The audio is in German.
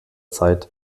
zeit